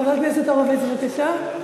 חבר הכנסת הורוביץ, בבקשה.